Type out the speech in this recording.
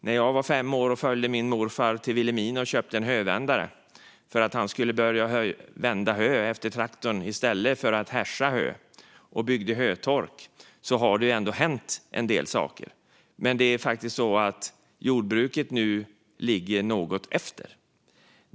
När jag var fem år följde jag med min morfar till Vilhelmina och köpte en hövändare för att han skulle börja vända hö efter traktorn i stället för att hässja hö och bygga hötork. Det har ändå hänt en del sedan dess. Men jordbruket ligger faktiskt något efter.